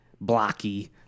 blocky